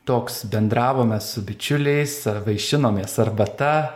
toks bendravome su bičiuliais vaišinomės arbata